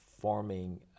forming